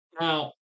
now